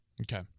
Okay